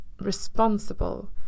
responsible